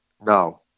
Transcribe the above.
no